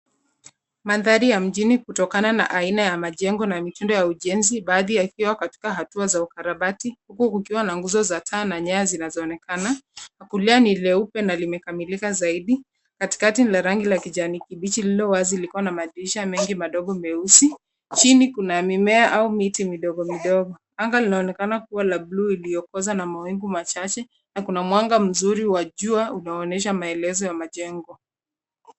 Mandhari ya mjini kutokana na aina ya majengo na mitindo ya ujenzi. Baadhi yakiwa katika hatua za ukarabati. Huku kukiwa na nguzo za taa na nyaya zinazoonekana. Kwa kulia ni leupe na limekamilika zaidi, katikati ni la rangi la kijani kibichi lililo wazi likiwa na madirisha mengi madogo meusi. Chini kuna mimea au miti midogo midogo. Anga linaonekana kuwa la bluu iliyokoza na mawingu machache, na kuna mwanga mzuri wa jua unaoonyesha maelezo ya majengo.